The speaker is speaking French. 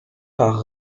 par